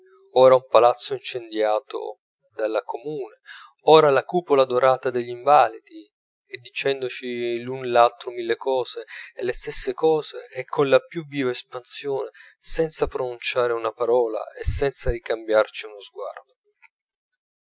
ora un palazzo incendiato dalla comune ora la cupola dorata degli invalidi e dicendoci l'un l'altro mille cose e le stesse cose e con la più viva espansione senza pronunziare una parola e senza ricambiarci uno sguardo